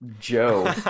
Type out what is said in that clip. Joe